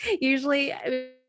usually